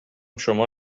شما